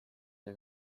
see